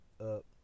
up